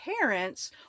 parents